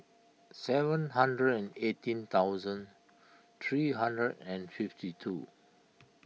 seven hundred and eighteen thousand three hundred and fifty two